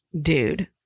dude